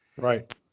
Right